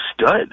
stud